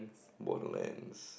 lands